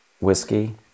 whiskey